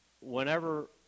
Whenever